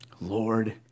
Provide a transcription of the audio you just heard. Lord